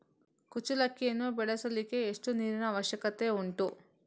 ಕುಚ್ಚಲಕ್ಕಿಯನ್ನು ಬೆಳೆಸಲಿಕ್ಕೆ ಎಷ್ಟು ನೀರಿನ ಅವಶ್ಯಕತೆ ಉಂಟು?